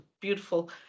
beautiful